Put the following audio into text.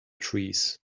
trees